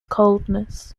coldness